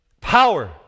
Power